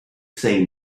say